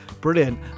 brilliant